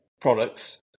products